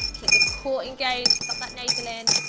keep the core engaged, suck that navel in.